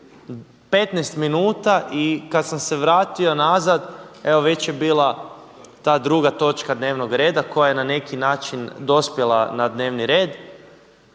15 minuta. I kad sam se vratio nazad evo već je bila ta druga točka dnevnog reda koja je na neki način dospjela na dnevni red.